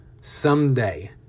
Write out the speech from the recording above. someday